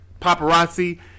paparazzi